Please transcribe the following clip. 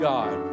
God